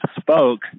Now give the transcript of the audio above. spoke